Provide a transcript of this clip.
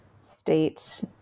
state